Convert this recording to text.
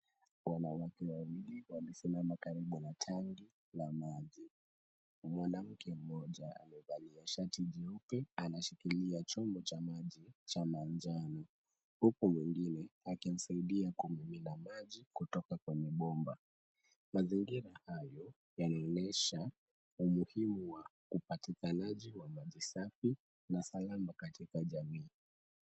Wanawake wawili wamesimama karibu na tanki la maji. Mwanamke mmoja amevalia shati jeupe anashikilia chombo cha maji cha manjano huku mwingine akimsaidia kumimina maji kutoka kwa mgomba. Mazingira hayo yanaonyesha umuhimu wa upatikanaji wa maji safi na salama katika jamii.